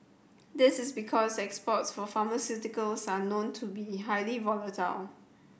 this is because exports for pharmaceuticals are known to be highly volatile